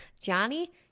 Johnny